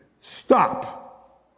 stop